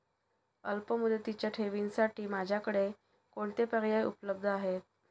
अल्पमुदतीच्या ठेवींसाठी माझ्याकडे कोणते पर्याय उपलब्ध आहेत?